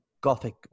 gothic